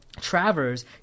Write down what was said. Travers